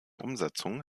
umsetzung